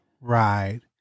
ride